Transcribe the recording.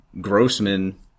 Grossman